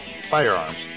firearms